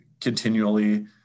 continually